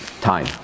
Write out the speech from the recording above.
time